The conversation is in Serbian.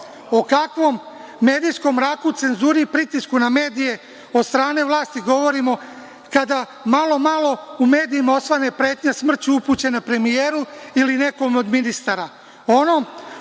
kakvom medijskom mraku, cenzuri i pritisku na medije od strane vlasti govorimo kada malo-malo u medijima osvane pretnja smrću upućena premijeru ili nekom od ministara?